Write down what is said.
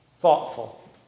thoughtful